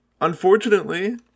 Unfortunately